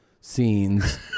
scenes